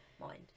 mind